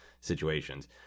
situations